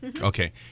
Okay